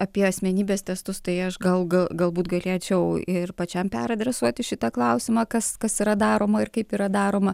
apie asmenybės testus tai aš gal galbūt galėčiau ir pačiam peradresuoti šitą klausimą kas kas yra daroma ir kaip yra daroma